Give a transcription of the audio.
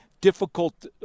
difficult